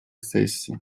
сессии